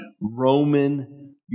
Roman